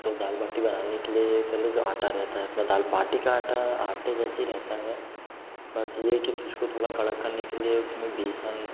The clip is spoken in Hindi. तो दाल बाटी बनाने के लिए पहले जो आटा रहता है अपना दाल बाटी का आटा आटे जैसे रहता है बस ये है कि तुझ को थोड़ा कड़ा करने के लिए उसमें बेसन